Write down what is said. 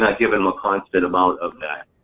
not giving them a constant amount of that.